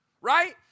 right